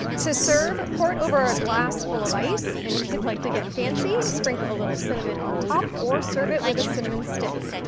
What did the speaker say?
to serve, pour it over a glass full of ice and, if you'd like to get fancy, sprinkle a little cinnamon on top or serve it with a cinnamon stick.